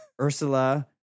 Ursula